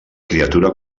criatura